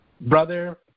brother